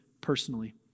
personally